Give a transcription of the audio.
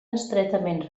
estretament